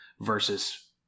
versus